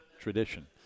tradition